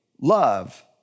love